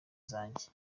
zanjye